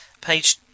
page